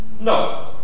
No